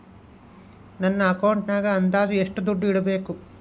ನನ್ನ ಅಕೌಂಟಿನಾಗ ಅಂದಾಜು ಎಷ್ಟು ದುಡ್ಡು ಇಡಬೇಕಾ?